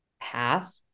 path